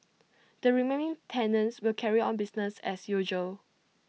the remaining tenants will carry on business as usual